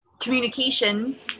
communication